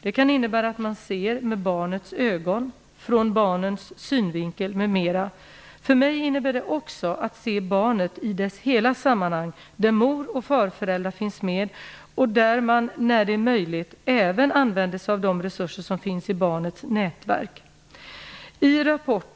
Det kan innebära att man ser med barnets ögon, från barnets synvinkel m.m. För mig innebär det också att se barnet i dess hela sammanhang där mor och farföräldrar finns med och där man när det är möjligt även använder sig av de resurser som finns i barnets nätverk.